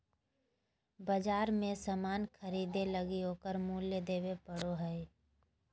बाजार मे सामान ख़रीदे लगी ओकर मूल्य देबे पड़ो हय